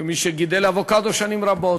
כמי שגידל אבוקדו שנים רבות,